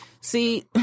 See